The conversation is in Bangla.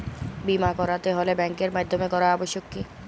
বিমা করাতে হলে ব্যাঙ্কের মাধ্যমে করা আবশ্যিক কি?